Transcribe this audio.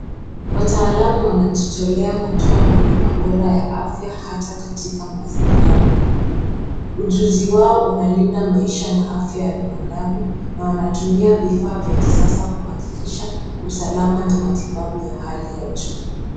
Wataalamu wanajitolea kutoa huduma bora ya afya hata katika mazingira magumu. Ujuzi wao unalinda maisha na afya ya binadamu, na wanatumia vifaa vya kisasa kuhakikisha usalama na matibabu ya hali ya juu.